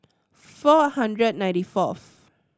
four hundred ninety fourth